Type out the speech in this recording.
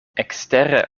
ekstere